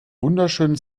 wunderschönen